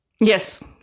Yes